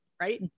right